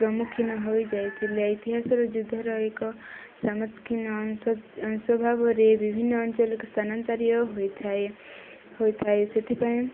ପ୍ରମୁଖୀନ ହୋଇଯାଇଥିଲେ ଇତିହାସର ଯୁଦ୍ଧର ଏକ ଅଂଶ ଅଂଶଭାବରେ ବିଭିନ୍ନ ଅଞ୍ଚଳକୁ ସ୍ଥାନାନ୍ତରୀୟ ହୋଇଥାଏ ହୋଇଥାଏ ସେଥିପାଇଁ